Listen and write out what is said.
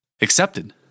accepted